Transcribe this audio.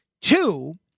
Two